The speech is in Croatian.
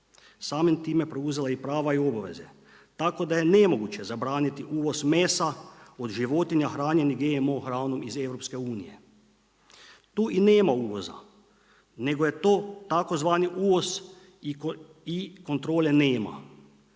Samim time je preuzela i prava i obaveze, tako da je nemoguće zabraniti uvoz mesa od životinja hranjenih GMO granom iz EU-a. Tu i nema uvoza, nego je to tzv. uvoz i kontrole nema.